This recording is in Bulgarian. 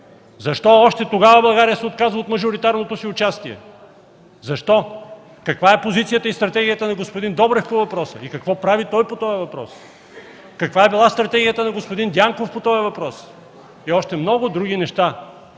Защо още тогава България се отказва от мажоритарното си участие, защо?! Каква е позицията и стратегията на господин Добрев по въпроса? Какво прави той по този въпрос?! Каква е била стратегията на господин Дянков по този въпрос? Не обсъдихме и още много други неща.